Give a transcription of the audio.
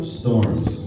storms